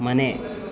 ಮನೆ